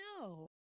No